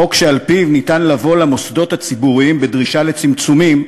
חוק שעל-פיו ניתן לבוא למוסדות הציבוריים בדרישה לצמצומים,